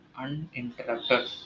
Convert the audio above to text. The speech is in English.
uninterrupted